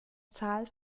zahl